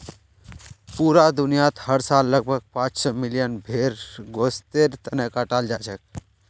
पूरा दुनियात हर साल लगभग पांच सौ मिलियन भेड़ गोस्तेर तने कटाल जाछेक